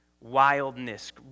wildness